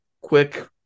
quick